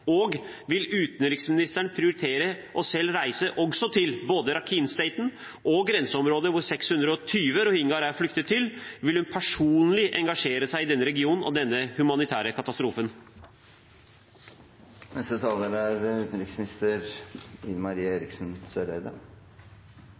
Og vil utenriksministeren prioritere selv å reise til både Rakhine-staten og grenseområdet som 620 000 rohingyaer har flyktet til? Vil hun personlig engasjere seg i denne regionen og denne humanitære katastrofen? Det er